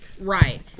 Right